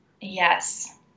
yes